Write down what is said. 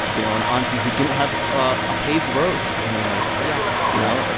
you know, an auntie who didn't have a paved road in their neighborhood yeah you know, ah